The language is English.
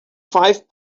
five